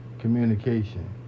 Communication